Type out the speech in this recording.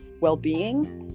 well-being